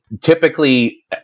typically